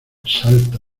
salta